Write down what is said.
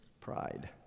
pride